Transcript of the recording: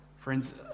Friends